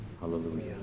Hallelujah